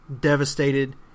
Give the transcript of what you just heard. devastated